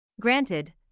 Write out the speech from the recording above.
Granted